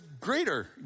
greater